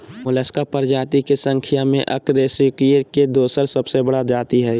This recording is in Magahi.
मोलस्का प्रजाति के संख्या में अकशेरूकीय के दोसर सबसे बड़ा जाति हइ